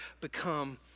become